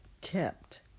kept